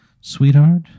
sweetheart